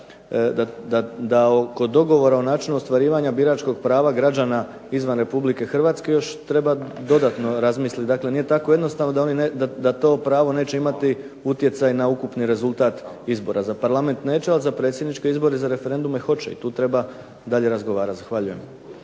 da kod dogovora o načinu ostvarivanja biračkog prava građana izvan RH još treba dodatno razmisliti. Dakle, nije tako jednostavno da to pravo neće imati utjecaj na ukupni rezultat izbora. Za Parlament neće, ali za predsjedničke izbore i za referendume hoće i tu treba dalje razgovarati. Zahvaljujem.